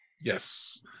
yes